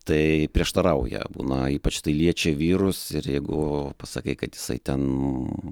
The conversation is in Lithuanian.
tai prieštarauja būna ypač tai liečia vyrus ir jeigu pasakai kad jisai ten